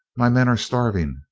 my men are starving,